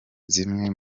zimwe